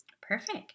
Perfect